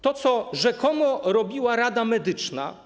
To, co rzekomo robiła rada medyczna.